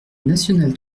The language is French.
nationale